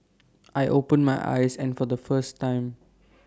I open my eyes and for the first time